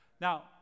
Now